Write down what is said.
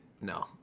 No